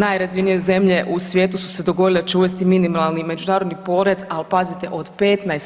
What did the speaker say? Najrazvijenije zemlje u svijetu su se dogovorile da će uvesti minimalni međunarodni porez, ali pazite od